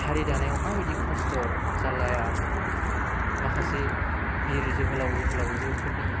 हारि दानायाव माबायदि खस्थ' जारलाया माखासे बिर जोहोलाव जोहोलावजोफोरनि